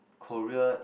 Korea